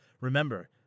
Remember